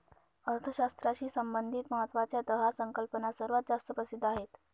अर्थशास्त्राशी संबंधित महत्वाच्या दहा संकल्पना सर्वात जास्त प्रसिद्ध आहेत